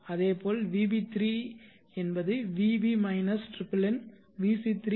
அதேபோல் vb3 is vb minus triplen vc3 is vc minus triplen